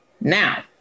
Now